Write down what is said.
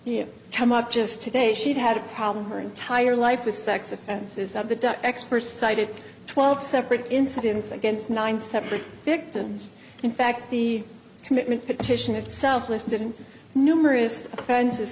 happens come up just today she had a problem her entire life with sex offenses of the experts cited twelve separate incidents against nine separate victims in fact the commitment petition itself listed and numerous offenses